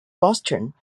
boston